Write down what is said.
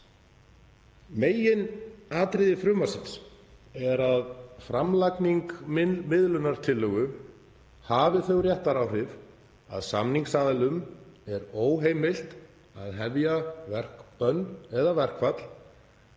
Meginatriði frumvarpsins er að framlagning miðlunartillögu hafi þau réttaráhrif að samningsaðilum sé óheimilt að hefja verkbönn eða verkföll